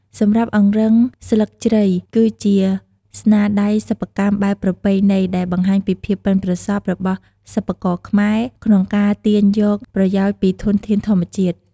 សម្រាប់អង្រឹងស្លឹកជ្រៃគឺជាស្នាដៃសិប្បកម្មបែបប្រពៃណីដែលបង្ហាញពីភាពប៉ិនប្រសប់របស់សិប្បករខ្មែរក្នុងការទាញយកប្រយោជន៍ពីធនធានធម្មជាតិ។